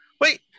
Wait